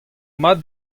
mat